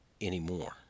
anymore